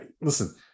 listen